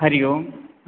हरिओम्